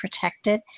protected